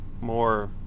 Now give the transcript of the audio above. more